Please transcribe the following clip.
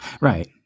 Right